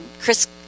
Chris